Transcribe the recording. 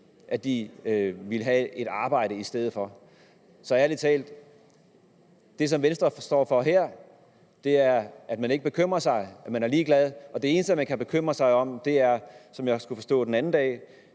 ville have et arbejde i stedet for. Så det, som Venstre står for her, er ærlig talt, at man ikke bekymrer sig, at man er ligeglad, og at det eneste, man kan bekymre sig om, er – som jeg også kunne forstå den anden dag